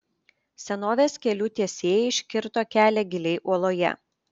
senovės kelių tiesėjai iškirto kelią giliai uoloje